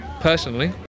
personally